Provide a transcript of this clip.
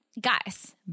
Guys